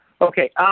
Okay